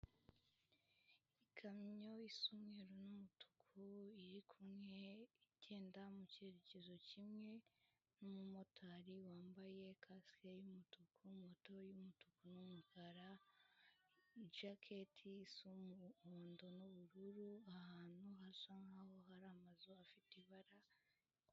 Ikamyo isa umweru n'umutuku, iri kumwe igenda mu cyerekezo kimwe n'umumotari wambaye kasike y'umutuku, moto y'umutuku n'umukara, jijaketi isa umuhondo n'ubururu, ahantu hasa nk'aho hari amazu afite ibara.